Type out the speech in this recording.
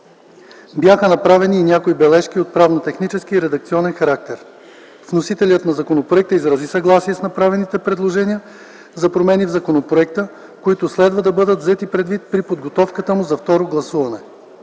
Бяха направени някои бележки от правно-технически и редакционен характер. Вносителят на законопроекта изрази съгласие с направените предложения за промени в законопроекта, които следва да бъдат взети предвид при подготовката му за второ гласуване.